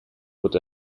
what